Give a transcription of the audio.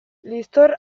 liztor